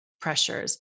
pressures